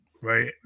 Right